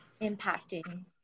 impacting